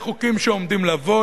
לחוקים שעומדים לבוא,